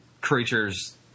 creatures